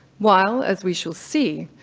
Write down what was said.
while, as we shall see,